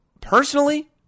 Personally